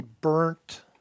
burnt